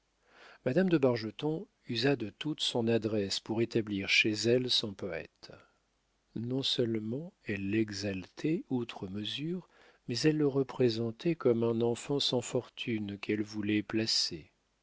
madame de bargeton usa de toute son adresse pour établir chez elle son poète non-seulement elle l'exaltait outre mesure mais elle le représentait comme un enfant sans fortune qu'elle voulait placer